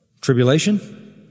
Tribulation